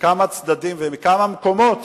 מכמה צדדים ומכמה מקומות